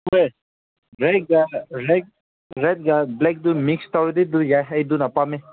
ꯍꯣꯏ ꯕ꯭ꯂꯦꯛꯀ ꯔꯦꯠ ꯔꯦꯠꯀ ꯕ꯭ꯂꯦꯛꯇꯨ ꯃꯤꯛꯁ ꯇꯧꯔꯗꯤ ꯑꯗꯨ ꯌꯥꯏ ꯑꯩ ꯑꯗꯨꯅ ꯄꯥꯝꯃꯦ